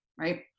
right